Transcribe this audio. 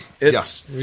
Yes